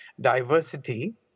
diversity